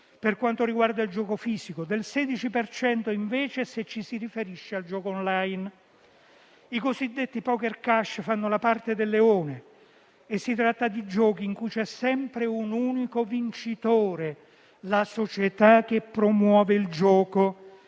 per quanto riguarda il gioco fisico, del 16 per cento invece se ci si riferisce al gioco *online*. I cosiddetti *poker cash* fanno la parte del leone e si tratta di giochi in cui c'è sempre un unico vincitore: la società che promuove il gioco.